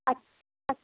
ਅੱਛਾ ਅੱਛਾ